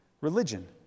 religion